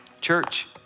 Church